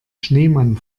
schneemann